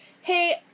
hey